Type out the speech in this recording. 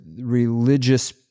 religious